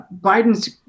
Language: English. Biden's